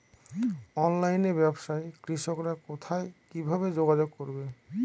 অনলাইনে ব্যবসায় কৃষকরা কোথায় কিভাবে যোগাযোগ করবে?